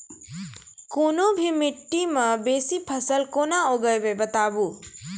कूनू भी माटि मे बेसी फसल कूना उगैबै, बताबू?